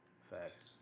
Facts